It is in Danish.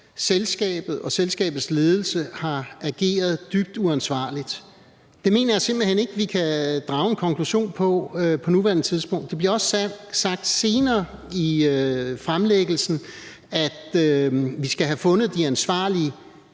selskabet og selskabets ledelse har ageret dybt uansvarligt. Det mener jeg simpelt hen ikke vi kan drage en konklusion om på nuværende tidspunkt. Der bliver også sagt senere i fremlæggelsen, at vi skal have fundet de ansvarlige